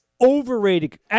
Overrated